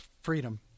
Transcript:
Freedom